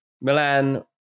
Milan